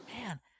man